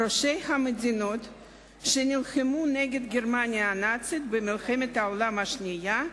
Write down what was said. ראשי המדינות שנלחמו נגד גרמניה הנאצית במלחמת העולם השנייה,